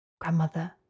Grandmother